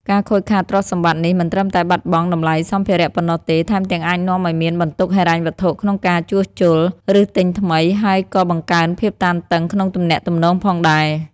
ការខូចខាតទ្រព្យសម្បត្តិនេះ មិនត្រឹមតែបាត់បង់តម្លៃសម្ភារៈប៉ុណ្ណោះទេ ថែមទាំងអាចនាំឲ្យមានបន្ទុកហិរញ្ញវត្ថុក្នុងការជួសជុល ឬទិញថ្មី ហើយក៏បង្កើនភាពតានតឹងក្នុងទំនាក់ទំនងផងដែរ។